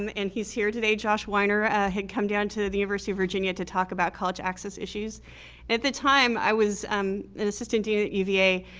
um and he's here today. josh weiner had come down to the university of virginia to talk about college access issues. and at the time i was um an assistant dean at uva,